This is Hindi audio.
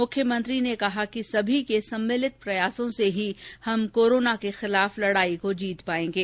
मुख्यमंत्री ने कहा कि सभी के सम्मिलित प्रयासों से ही हम कोरोना के खिलाफ लडाई को जीत पायेंगे